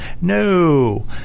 No